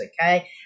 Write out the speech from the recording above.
okay